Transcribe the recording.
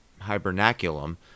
hibernaculum